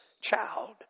child